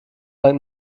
dank